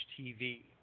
TV